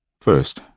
First